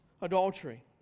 adultery